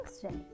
today